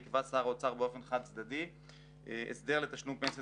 יקבע שר האוצר באופן חד צדדי הסדר לתשלום פנסיית